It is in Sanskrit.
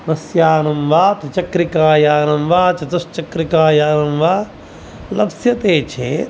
बस् यानं वा त्रिचक्रिकायानं वा चतुश्चक्रिकायानं लप्स्यते चेत्